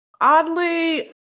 Oddly